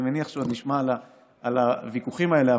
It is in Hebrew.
אני מניח שעוד נשמע על הוויכוחים האלה.